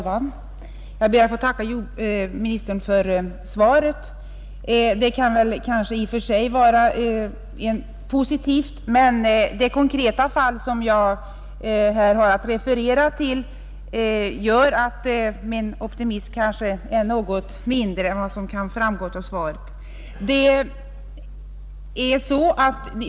Herr talman! Jag ber att få tacka herr kommunikationsministern för svaret. Det kan i och för sig vara positivt, men det konkreta fall som jag här har att redovisa gör att min optimism är något mindre än vad svaret skulle kunna ge en ledning till.